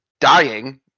dying